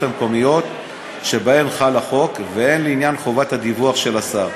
המקומיות שבהן חל החוק והן לעניין חובת הדיווח של השר.